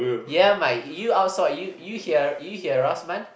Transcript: ya Mike you outsource you hear you hear us man